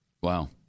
Wow